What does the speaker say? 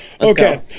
Okay